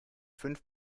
fünf